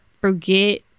forget